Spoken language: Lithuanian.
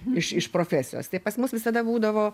iš iš profesijos tai pas mus visada būdavo